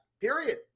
Period